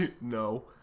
no